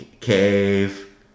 cave